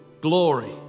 glory